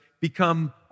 become